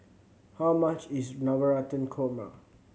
how much is Navratan Korma